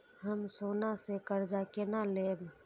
हम सोना से कर्जा केना लैब?